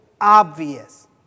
obvious